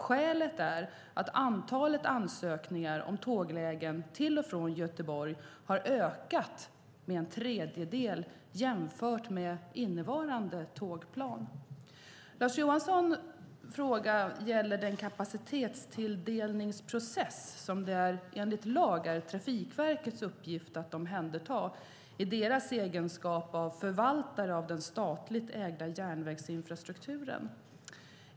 Skälet är att antalet ansökningar om tåglägen till och från Göteborg har ökat med en tredjedel jämfört med innevarande tågplan. Lars Johanssons fråga gäller den kapacitetstilldelningsprocess som det enligt lag är Trafikverkets uppgift att omhänderta i deras egenskap av förvaltare av den statligt ägda järnvägsinfrastrukturen.